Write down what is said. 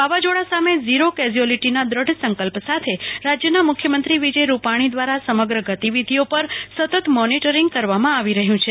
વાવાઝોડા સામે ઝીરો કેઝયુલીટીના દ્રઢ સંકલ્પ સાથે રાજ્યના મુખ્યમંત્રી વિજય રૂપાણી દ્વારા સમગ્ર ગતિવીધિઓ પર સતત મોનિટરીંગ કરવામાં આવી રહ્યું છે